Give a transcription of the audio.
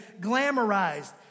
glamorized